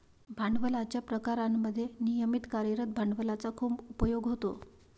भांडवलाच्या प्रकारांमध्ये नियमित कार्यरत भांडवलाचा खूप उपयोग होतो